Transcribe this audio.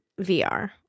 VR